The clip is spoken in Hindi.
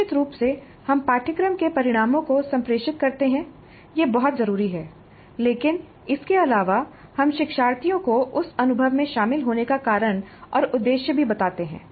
निश्चित रूप से हम पाठ्यक्रम के परिणामों को संप्रेषित करते हैं यह बहुत जरूरी है लेकिन इसके अलावा हम शिक्षार्थियों को उस अनुभव में शामिल होने का कारण और उद्देश्य भी बताते हैं